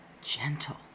gentle